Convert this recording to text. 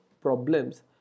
problems